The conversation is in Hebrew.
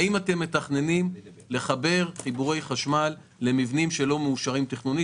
האם אתם מתכננים לחבר חיבורי חשמל למבנים שלא מאושרים תכנונית?